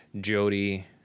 Jody